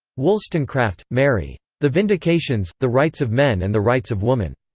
wollstonecraft, mary. the vindications the rights of men and the rights of woman.